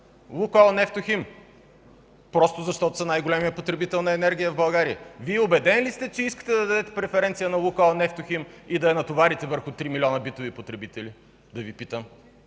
„Лукойл Нефтохим”! Просто защото са най-големият потребител на енергия в България. Вие убеден ли сте, че искате да дадете преференция на „Лукойл Нефтохим” и да натоварите 3 милиона битови потребители, да Ви питам?!